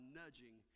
nudging